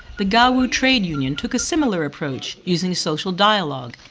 the gawu trade union took a similar approach using social dialogue,